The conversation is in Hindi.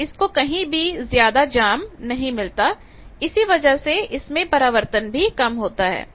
और इसको कहीं भी ज्यादा जाम नहीं मिलता इसी वजह से इसमें परावर्तन भी कम होता है